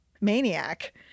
maniac